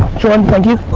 jordan, thank you.